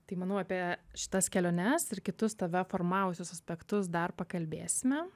tai manau apie šitas keliones ir kitus tave formavusius aspektus dar pakalbėsime